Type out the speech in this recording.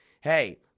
Hey